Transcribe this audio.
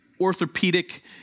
orthopedic